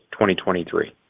2023